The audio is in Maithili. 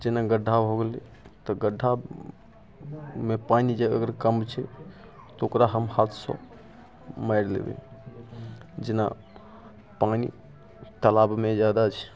जेना गड्ढा भऽ गेलै तऽ गड्ढामे पानि जे अगर कम छै तऽ ओकरा हम हाथसँ मारि लेबै जेना पानि तलाबमे जादा छै